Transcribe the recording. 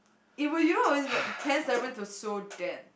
it will you know all these but Pan's Labyrinth was so damn